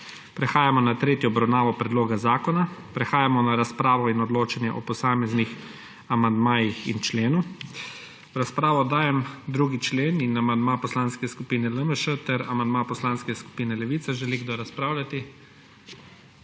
Prehajamo na tretjo obravnavo predloga zakona. Prehajamo na razpravo in odločanje o posameznih amandmajih in členu. V razpravo dajem 2. člen in amandma Poslanske skupine LMŠ ter amandma Poslanske skupine Levica. Želi kdo razpravljati?